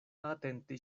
atente